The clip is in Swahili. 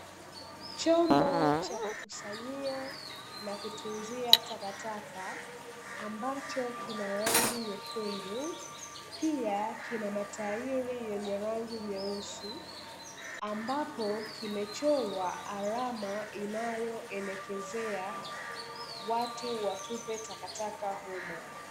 Chombo cha kukusanyia na kutunzia takataka ambacho kina rangi nyekundu, pia kina matairi yenye rangi nyeusi ambapo kimechorwa alama inayoelekezea watu watupe takataka humo.